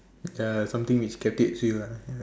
uh something which captivates you ah ya